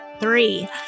three